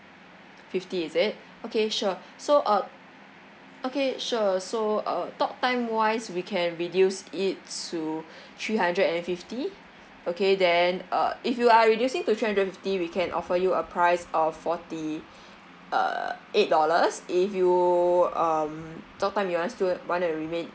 fifty is it okay sure so uh okay sure so uh talk time wise we can reduce it to three hundred and fifty okay then uh if you are reducing to three hundred fifty we can offer you a price of forty err eight dollars if you um talk time you want still wanna remain